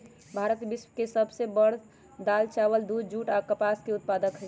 भारत विश्व के सब से बड़ दाल, चावल, दूध, जुट आ कपास के उत्पादक हई